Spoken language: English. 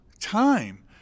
time